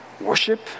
worship